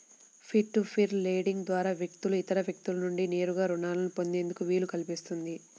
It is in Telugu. పీర్ టు పీర్ లెండింగ్ ద్వారా వ్యక్తులు ఇతర వ్యక్తుల నుండి నేరుగా రుణాలను పొందేందుకు వీలు కల్పిస్తుంది